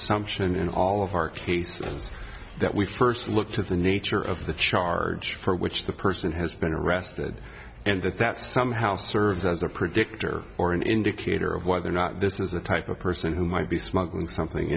in all of our cases that we first look to the nature of the charge for which the person has been arrested and that that somehow serves as a predictor or an indicator of whether or not this is the type of person who might be smuggling something